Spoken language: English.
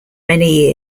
many